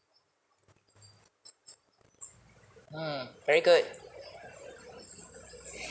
hmm very good